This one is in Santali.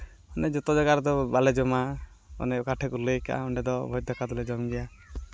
ᱢᱟᱱᱮ ᱡᱚᱛᱚ ᱡᱟᱭᱜᱟ ᱨᱮᱫᱚ ᱵᱟᱞᱮ ᱡᱚᱢᱟ ᱢᱟᱱᱮ ᱚᱠᱟ ᱴᱷᱮᱱ ᱠᱚ ᱞᱟᱹᱭ ᱠᱟᱜᱼᱟ ᱚᱸᱰᱮ ᱫᱚ ᱵᱷᱚᱡᱽ ᱫᱟᱠᱟ ᱫᱚᱞᱮ ᱡᱚᱢ ᱜᱮᱭᱟ